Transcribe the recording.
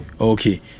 okay